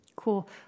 Cool